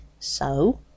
So